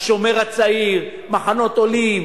"השומר הצעיר", "מחנות העולים",